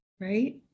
Right